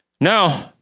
No